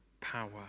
power